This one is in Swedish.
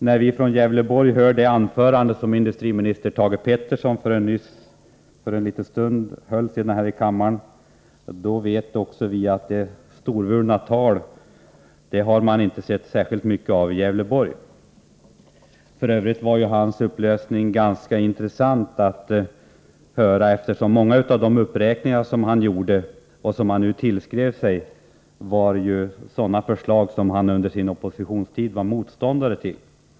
När vi från Gävleborgs län hör ett sådant anförande som det industriministern nyss höll här, måste vi konstatera att detta storvulna tal inte satt några särskilda spår i Gävleborgs län. F. ö. var det ganska intressant att notera att många av de uppräkningar som industriministern gjorde och det som han nu tillskrev sig förtjänsten av var sådana förslag som han under oppositionstiden var motståndare till.